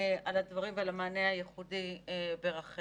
על הדברים ועל המענה הייחודי ברח"ל.